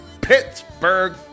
Pittsburgh